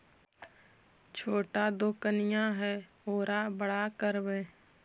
छोटा दोकनिया है ओरा बड़ा करवै?